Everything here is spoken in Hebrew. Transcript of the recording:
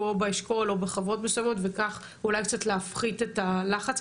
או באשכול או בחברות מסויימות ובכך אולי קצת להפחית את הלחץ.